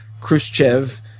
khrushchev